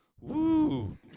Woo